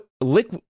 liquid